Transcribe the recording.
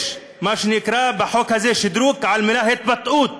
יש מה שנקרא בחוק הזה שדרוג, המילה "ההתבטאות".